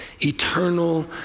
eternal